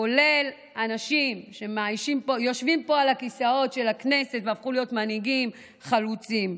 כולל אנשים שיושבים פה על הכיסאות של הכנסת והפכו להיות מנהיגים חלוצים.